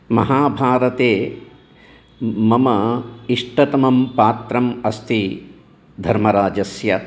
महाभारते मम इष्टतमं पात्रम् अस्ति धर्मराजस्य